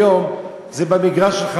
היום זה במגרש שלך,